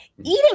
eating